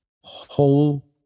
Whole